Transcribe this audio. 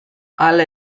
hala